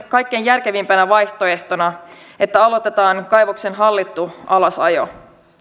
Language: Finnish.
kaikkein järkevimpänä vaihtoehtona että aloitetaan kaivoksen hallittu alasajo